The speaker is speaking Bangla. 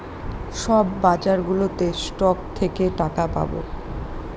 সব বাজারগুলোতে স্টক থেকে টাকা পাবো